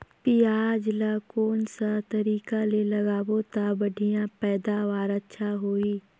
पियाज ला कोन सा तरीका ले लगाबो ता बढ़िया पैदावार अच्छा होही?